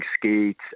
skate